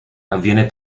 avviene